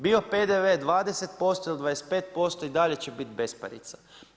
Bio PDV 20% ili 25% , i dalje će biti besparice.